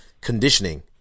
conditioning